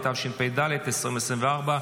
התשפ"ד 2024,